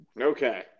Okay